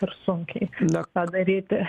ir sunkiai na ką daryti